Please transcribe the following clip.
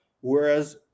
whereas